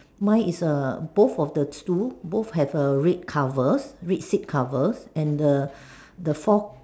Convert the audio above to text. mine is err both of the stool both have a red cover red flip cover and the the forth